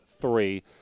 three